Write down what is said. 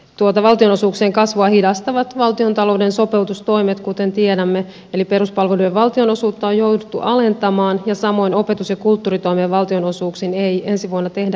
tuota valtionosuuksien kasvua hidastavat valtiontalouden sopeutustoimet kuten tiedämme eli peruspalvelujen valtionosuutta on jouduttu alentamaan samoin opetus ja kulttuuritoimen valtionosuuksiin ei ensi vuonna tehdä indeksikorotuksia